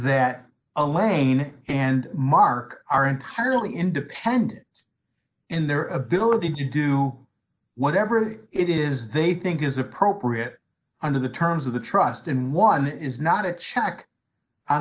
that elaine and mark are entirely independent in their ability to do whatever it is they think is appropriate under the terms of the trust and one is not a check on